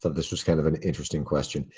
this was kind of an interesting question.